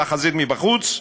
מול החזית מבחוץ,